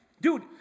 Dude